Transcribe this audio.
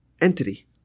entity